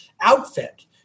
outfit